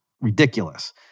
ridiculous